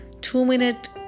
two-minute